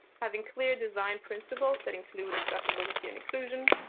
having clear design principles that include accessibility and inclusion,